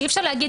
ואי אפשר להגיד,